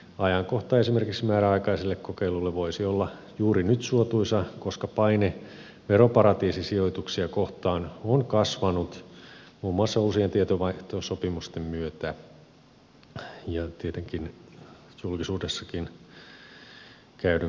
ajankohta esimerkiksi määräaikaiselle kokeilulle voisi olla juuri nyt suotuisa koska paine veroparatiisisijoituksia kohtaan on kasvanut muun muassa uusien tietovaihtosopimusten myötä ja tietenkin julkisuudessakin käydyn keskustelun myötä